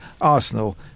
Arsenal